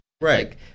Right